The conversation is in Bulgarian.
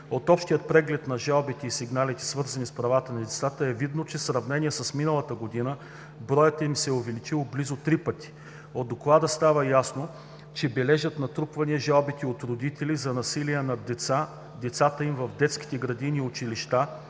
От общият преглед на жалбите и сигналите, свързани с правата на децата, е видно, че в сравнение с миналата година броят им се е увеличил близо три пъти. От Доклада става ясно, че бележат натрупване жалбите от родители за насилие над децата им в детски градини и училища,